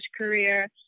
career